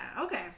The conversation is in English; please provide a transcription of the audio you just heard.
okay